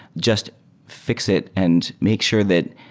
just fi x it and make sure that